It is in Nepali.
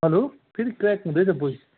हलो फेरि क्र्याक हुँदैछ भोइस